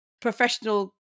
professional